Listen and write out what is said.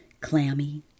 clammy